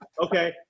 okay